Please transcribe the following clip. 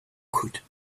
could